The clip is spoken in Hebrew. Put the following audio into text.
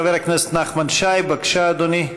חבר הכנסת נחמן שי, בבקשה, אדוני.